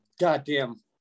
goddamn